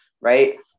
right